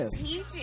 teaching